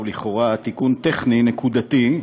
הוא לכאורה תיקון טכני נקודתי,